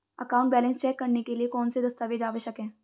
Account balance check करने के लिए कौनसे दस्तावेज़ आवश्यक हैं?